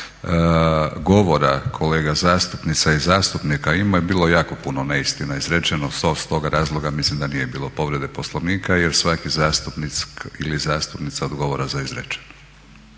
govora kolega zastupnica i zastupnika ima i bilo je jako puno neistina izrečeno, iz stoga razloga mislim da nije bilo povrede Poslovnika jer svaki zastupnik ili zastupnica odgovara za izrečeno.